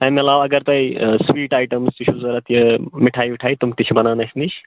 اَمہِ علاوٕ اگر تۄہہِ سویٖٹ آیٹمٕز تہِ چھُ ضوٚرَتھ یہِ مِٹھاے وِٹھاے تِم تہِ چھِ بَنان اَسہِ نِش